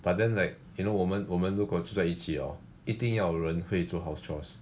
but then like you know 我们我们如果住在一起 hor 一定要有人会做 house chores